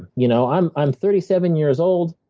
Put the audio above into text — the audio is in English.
you know i'm i'm thirty seven years old.